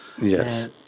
Yes